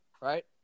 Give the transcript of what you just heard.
right